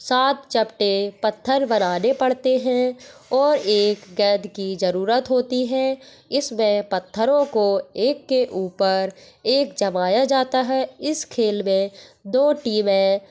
सात चपटे पत्थर बनाने पड़ते हैं और एक गेंद की ज़रूरत होती है इसमें पत्थरों को एक के ऊपर एक जमाया जाता है इस खेल में दो टीमें